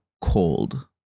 Cold